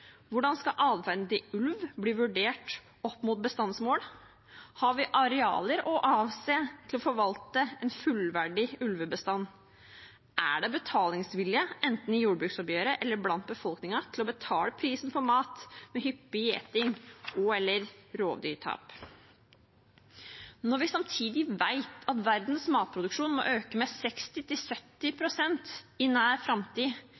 Hvordan skal atferden til ulv bli vurdert opp mot bestandsmål? Har vi arealer å avse til å forvalte en fullverdig ulvebestand? Er det betalingsvilje, enten i jordbruksoppgjøret eller blant befolkningen, til å betale prisen for mat med hyppig gjeting og/eller rovdyrtap? Når vi samtidig vet at verdens matproduksjon må øke med 60–70 pst. i nær framtid,